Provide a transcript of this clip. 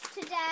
today